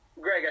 greg